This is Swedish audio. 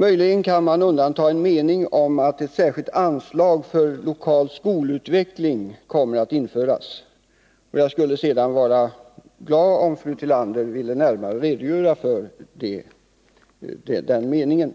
Möjligen kan man undanta en mening om att ett särskilt anslag för lokal skolutveckling kommer att införas. Jag skulle vara glad om fru Tillander ville redogöra närmare för den meningen.